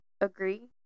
agree